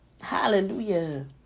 Hallelujah